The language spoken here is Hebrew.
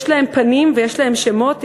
יש להן פנים ויש להן שמות,